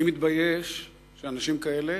אני מתבייש שאנשים כאלה